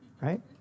Right